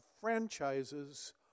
franchises